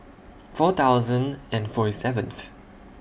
four thousand and forty seventh